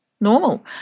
normal